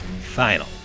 Final